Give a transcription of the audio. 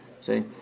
See